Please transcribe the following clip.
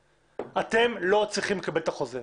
אתם לא צריכים לקבל את החוזה.